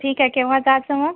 ठीक आहे केव्हा जायचं मग